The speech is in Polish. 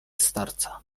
starca